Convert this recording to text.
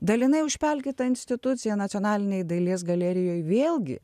dalinai užpelkėta institucija nacionalinei dailės galerijoj vėlgi